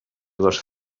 les